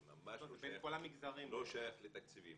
זה ממש לא שייך לתקציבים.